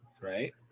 Right